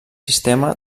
sistema